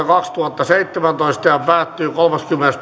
kaksituhattaseitsemäntoista ja päättyy kolmaskymmenes